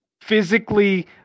physically